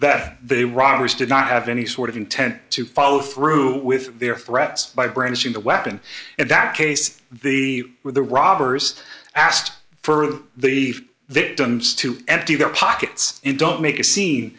that they rogers did not have any sort of intent to follow through with their threats by brandishing the weapon at that case the with the robbers asked for the victims to empty their pockets and don't make a scene